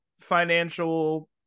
financial